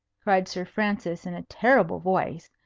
cried sir francis, in a terrible voice,